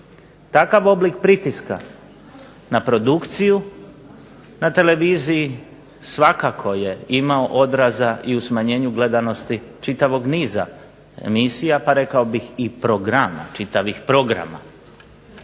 takav oblik pritiska na produkciju na televiziji svakako je imao odraza i u smanjenju gledanosti čitavog niza emisija pa rekao bih i programa, čitavih programa.